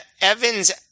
evans